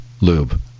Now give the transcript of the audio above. lube